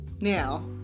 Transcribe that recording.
Now